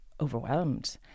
overwhelmed